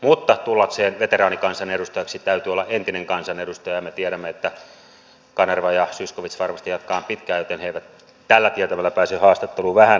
mutta tullakseen veteraanikansanedustajaksi täytyy olla entinen kansanedustaja ja me tiedämme että kanerva ja zyskowicz varmasti jatkavat pitkään joten he eivät tällä tietämällä pääse haastatteluun vähään aikaan